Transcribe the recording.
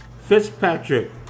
Fitzpatrick